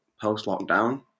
post-lockdown